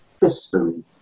history